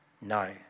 No